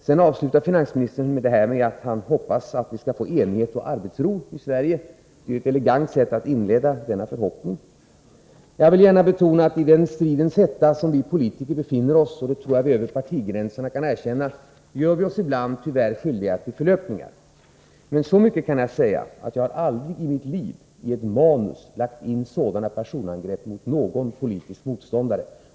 Sedan avslutar finansministern detta med att han hoppas att vi skall få enighet och arbetsro i Sverige. Det är ju ett elegant sätt att inleda denna förhoppning. Jag vill gärna betona att i den stridens hetta där vi politiker befinner oss gör vi oss ibland — och det tror jag vi över partigränserna kan erkänna — skyldiga till förlöpningar. Men så mycket kan jag säga att jag aldrig i mitt liv i ett manus har lagt in sådana personangrepp mot någon politisk motståndare.